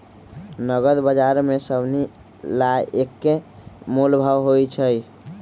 नगद बजार में सभनि ला एक्के मोलभाव होई छई